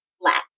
flat